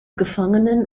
gefangenen